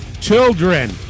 Children